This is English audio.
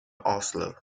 oslo